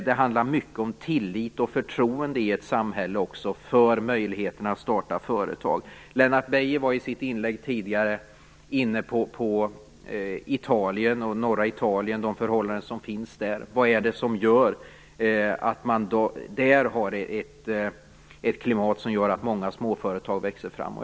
Det handlar mycket om tillit och förtroende i ett samhälle när det gäller möjligheterna att starta företag. Lennart Beijer var i sitt inlägg inne på de förhållanden som råder i norra Italien. Hurdant är det klimat som gör att många småföretag växer fram där?